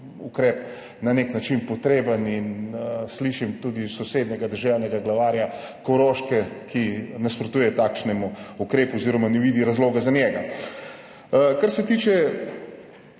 ukrep na nek način potreben, in slišim tudi sosednjega deželnega glavarja Koroške, ki nasprotuje takšnemu ukrepu oziroma ne vidi razloga zanj. V teh